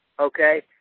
okay